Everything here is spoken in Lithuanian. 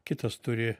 kitas turi